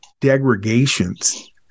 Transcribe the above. degradations